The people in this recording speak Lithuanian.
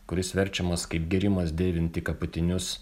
kuris verčiamas kaip gėrimas dėvint tik apatinius